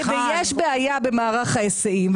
יש בעיה במערך ההיסעים.